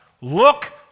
look